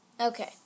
Okay